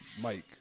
Mike